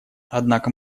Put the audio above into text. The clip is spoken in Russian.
однако